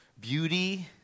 beauty